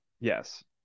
Yes